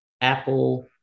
Apple